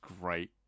great